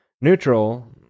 Neutral